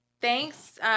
Thanks